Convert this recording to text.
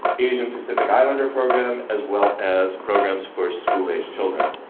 asian pacific islander program, as well as programs for school age children.